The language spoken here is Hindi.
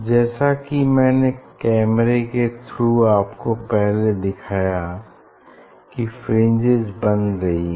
जैसा कि मैंने कैमरे के थ्रू आपको पहले दिखाया कि फ्रिंजेस बन रही हैं